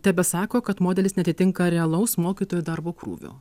tebesako kad modelis neatitinka realaus mokytojų darbo krūvio